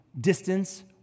distance